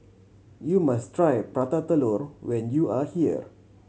you must try Prata Telur when you are here